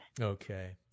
Okay